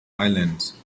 islands